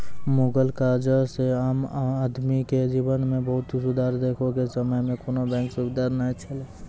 मुगल काजह से आम आदमी के जिवन मे बहुत सुधार देखे के समय मे कोनो बेंक सुबिधा नै छैले